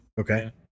Okay